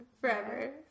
forever